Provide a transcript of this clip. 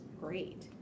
great